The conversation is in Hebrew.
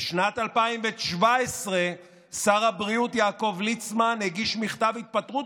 ב-2017 שר הבריאות יעקב ליצמן הגיש מכתב התפטרות